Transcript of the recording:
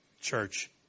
church